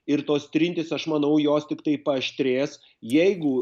ir tos trintys aš manau jos tiktai paaštrės jeigu